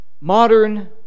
modern